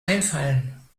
einfallen